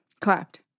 Clapped